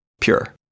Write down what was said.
pure